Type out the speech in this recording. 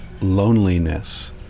loneliness